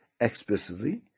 explicitly